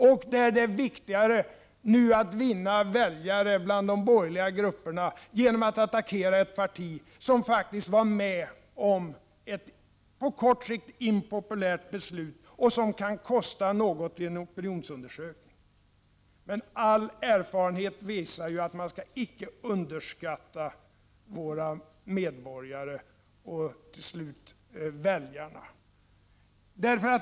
Det blir viktigare att vinna väljare i de borgerliga grupperna, vilket kan ske genom att man attackerar ett parti som faktiskt var med om ett på kort sikt impopulärt beslut, ett beslut som kan kosta något i en opinionsundersökning. All erfarenhet visar dock att man icke skall underskatta våra medborgare, dvs. i förlängningen, väljarna.